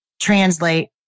translate